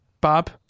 Bob